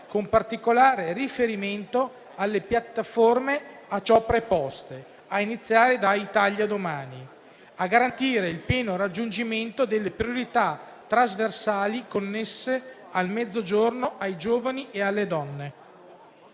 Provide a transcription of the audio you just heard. con particolare riferimento alle piattaforme a ciò preposte, a iniziare da "Italia domani"; a garantire il pieno raggiungimento delle priorità trasversali connesse al Mezzogiorno, ai giovani e alle donne».